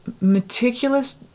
meticulous